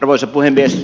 arvoisa puhemies